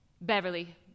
Beverly